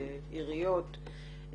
עיריות,